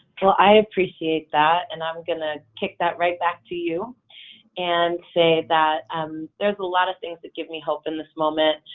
well i appreciate that and i'm gonna kick that right back to you and say that there's a lot of things that give me hope in this moment,